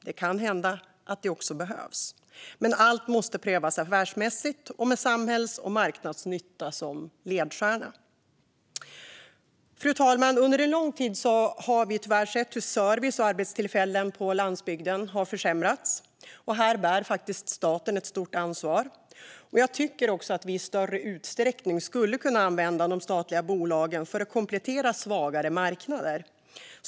Det kan hända att det också behövs, men allt måste prövas affärsmässigt och med samhälls och marknadsnytta som ledstjärna. Fru talman! Under en lång tid har vi tyvärr sett hur det har försämrats när det gäller service och arbetstillfällen på landsbygden. Här bär faktiskt staten ett stort ansvar. Jag tycker att vi i större utsträckning skulle kunna använda de statliga bolagen för att komplettera svagare marknader.